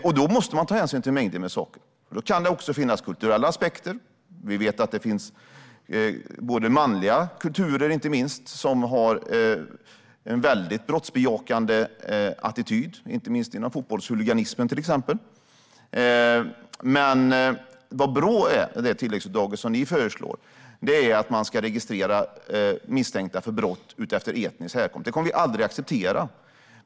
Och då måste man ta hänsyn till mängder med saker. Det kan också finnas kulturella aspekter. Vi vet att det finns inte minst manliga kulturer som har en väldigt brottsbejakande attityd, till exempel inom fotbollshuliganismen. Det tilläggsuppdrag till Brå som ni föreslår innebär att man ska registrera brottsmisstänkta efter etnisk härkomst. Det kommer vi aldrig att acceptera.